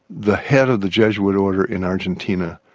the head of the jesuit order in argentina,